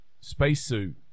spacesuit